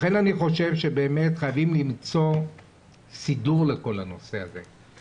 לכן אני חושב שבאמת חייבים למצוא סידור לכל הנושא הזה.